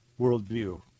worldview